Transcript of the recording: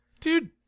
Dude